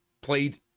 played